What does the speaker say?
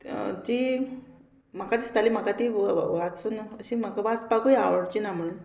ती म्हाका दिसताली म्हाका ती वाचून अशी म्हाका वाचपाकूय आवडची ना म्हणून